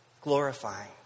glorifying